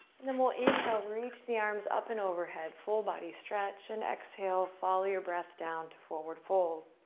and then, we'll inhale, reach the arms up and overhead, full body stretch and exhale. follow your breath down to forward fold.